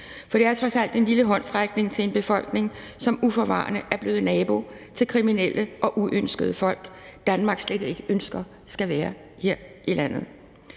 for det er trods alt en lille håndsrækning til en befolkning, som uforvarende er blevet nabo til kriminelle og uønskede folk, Danmark slet ikke ønsker skal være her i landet.